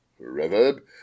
Reverb